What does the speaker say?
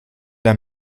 der